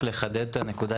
רק לחדד את הנקודה,